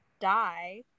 die